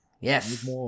Yes